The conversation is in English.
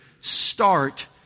Start